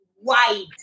white